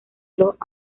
los